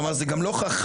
כלומר זה גם לא חכם,